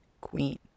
Queen